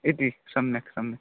इति सम्यक् सम्यक्